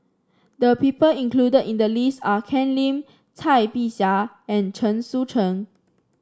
the people included in the list are Ken Lim Cai Bixia and Chen Sucheng